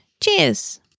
Cheers